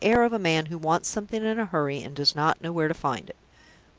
with the air of a man who wants something in a hurry, and does not know where to find it.